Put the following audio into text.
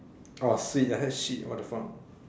orh sweet I heard shit what the fuck